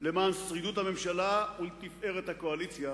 למען שרידות הממשלה ולתפארת הקואליציה,